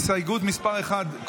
הסתייגות מס' 1,